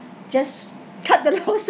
just cut the losses